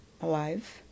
alive